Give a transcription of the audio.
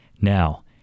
Now